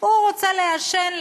הוא רוצה לעשן,